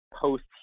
post